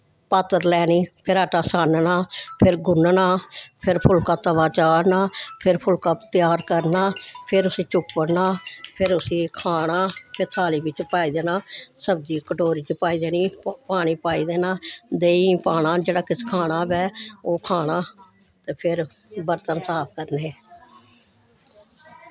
पात्तर लैनी फिर आटा छानना फिर गुन्नना फिर फुल्का तवा चाढ़ना फिर फुल्का त्यार करना फिर उसी चुप्पड़ना फिर उसी खाना फिर थाली बिच्च पाई देना सब्जी कटोरी च पाई देनी पानी पाई देना देहीं पाना जेह्ड़ा किश खाना होऐ ओह् खाना ते फिर बरतन साफ करने